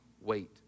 wait